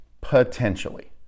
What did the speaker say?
Potentially